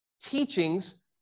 teachings